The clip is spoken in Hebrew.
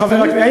חבר הכנסת,